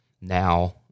now